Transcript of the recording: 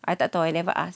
I tak tahu I never ask